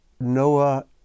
Noah